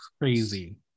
crazy